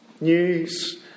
News